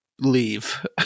leave